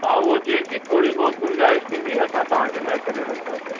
हा उहो जेकी थोरी बहुत गुंजाइश थींदी असां तव्हांजे लाइ करे रखंदासीं